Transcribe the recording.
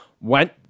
went